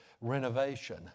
renovation